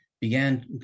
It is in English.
began